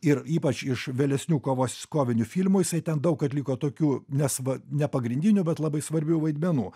ir ypač iš vėlesnių kovos kovinių filmų jisai ten daug atliko tokių nes va ne pagrindinių bet labai svarbių vaidmenų